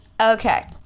Okay